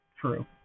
true